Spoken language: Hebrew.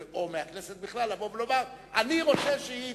או מהכנסת בכלל, לבוא ולומר: אני רוצה זאת.